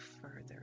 further